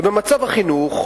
ובמצב החינוך,